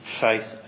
faith